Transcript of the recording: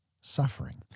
suffering